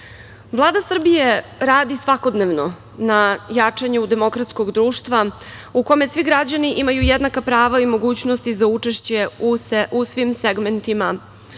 EU.Vlada Srbije radi svakodnevno na jačanju demokratskog društva u kome svi građani imaju jednaka prava i mogućnosti za učešće u svim segmentima